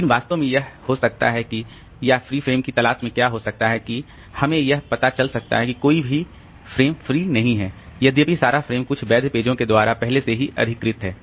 लेकिन वास्तव में यह हो सकता है कि या फ्री फ्रेम की तलाश में क्या हो सकता है कि हमें यह पता चल सकता है कि कोई भी फ्रेम फ्री नहीं है यद्यपि सारा फ्रेम कुछ वैध पेजों के द्वारा पहले से ही अधिकृत है